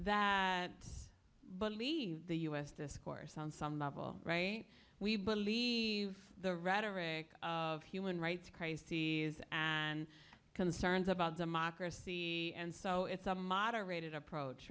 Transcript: that believe the u s discourse on some level we believe the rhetoric of human rights crises and concerns about democracy and so it's a moderated approach